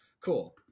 Cool